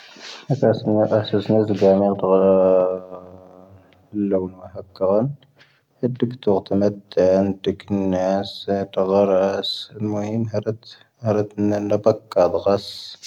ⵏⵀⴰⵇⴰⵙ ⵏⵉⴰ ⴰⵙⴰⵙ ⵏⵉⵣⵓ ⴳⴰⵎⵉⵔ ⴷⴳⴰⵔⴰ ⵍoⵓⵏ ⵡⴰ ⵀⴰⵇⵇⴰ ⵡⴰ ⵏ. ⵀⴷⵉⴽ ⵜ'ⵓⵇⵜⴰⵎⴻⴷⴰⵏ ⵜ'ⴽⵉⵏⵏⴰⴰⵙ ⵜ'ⴰⵍⴰⵔⴰⴰⵙ ⵎⵡⴻⴻⵎ. ⵀⵔⴻⵜ ⵏⴰⵏⴰ ⴱⴰⴽⴽⴰ ⴷⴳⴰⵙ.